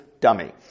dummy